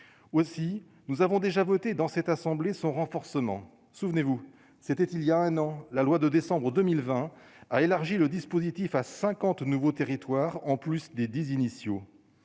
aussi, nous avons déjà voté dans cette assemblée, son renforcement, souvenez-vous, c'était il y a un an, la loi de décembre 2020 a élargi le dispositif à 50 nouveaux territoires, en plus des 10 initiaux,